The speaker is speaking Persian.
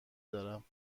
دارم